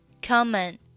common